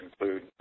include